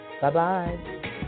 bye-bye